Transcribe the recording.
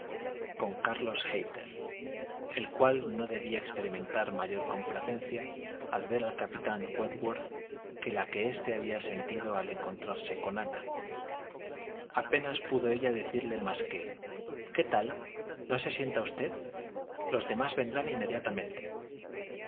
con carlos hayter el cual no debía experimentar mayor complacencia al ver al capitán wentworth que la que éste había sentido al encontrarse con ana apenas pudo ella decirle más que qué tal no se sienta usted los demás vendrán inmediatamienite